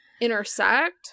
intersect